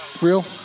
real